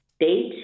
date